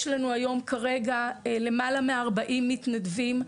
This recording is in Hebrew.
יש לנו היום כרגע למעלה מ-40 מתנדבים,